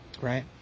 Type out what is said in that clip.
right